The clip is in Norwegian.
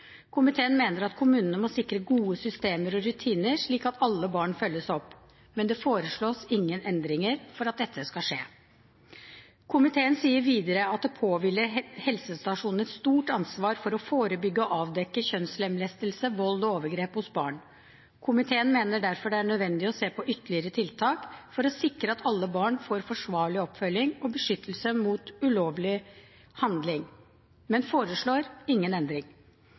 Komiteen mener at kommunene må sikre gode systemer og rutiner, slik at alle barn følges opp, men det foreslås ingen endringer for at dette skal skje. Komiteen sier videre at det påhviler helsestasjonene et stort ansvar for å forebygge og avdekke kjønnslemlestelse, vold og overgrep hos barn. Komiteen mener derfor det er nødvendig å se på ytterligere tiltak for å sikre at alle barn får forsvarlig oppfølging og beskyttelse mot ulovlige handlinger, men foreslår ingen endring.